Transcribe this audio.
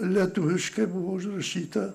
lietuviškai buvo užrašyta